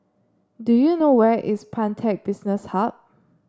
do you know where is Pantech Business Hub